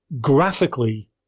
graphically